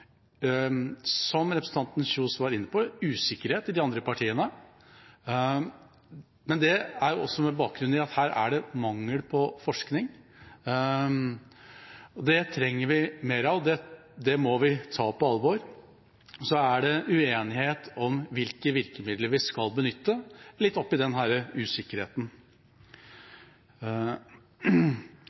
som representanten Kjønaas Kjos var inne på, usikkerhet i de andre partiene. Men det er også med bakgrunn i at her er det mangel på forskning, og det trenger vi mer av. Det må vi ta på alvor. Så er det, litt oppe i denne usikkerheten, uenighet om hvilke virkemidler vi skal benytte.